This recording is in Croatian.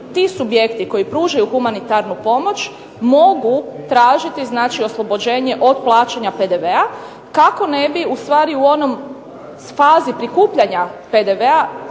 ti subjekti koji pružaju humanitarnu pomoć mogu tražiti oslobođenje od plaćanja PDV-a kako ne bi ustvari u onoj fazi prikupljanja